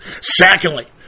secondly